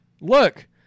look